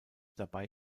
dabei